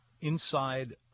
inside